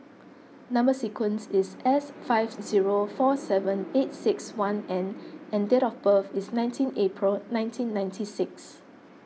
Number Sequence is S five zero four seven eight six one N and date of birth is nineteen April nineteen ninety six